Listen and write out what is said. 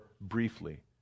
briefly